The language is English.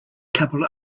couple